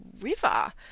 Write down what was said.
river